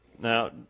Now